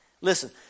Listen